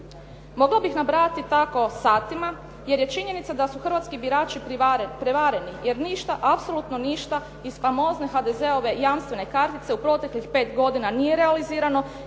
Možda bih nabrajati tako satima jer je činjenica da su hrvatski birači prevareni jer ništa, apsolutno ništa iz famozne HDZ-ove jamstvene kartice u proteklih godina nije realizirano